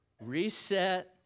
Reset